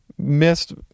Missed